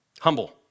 humble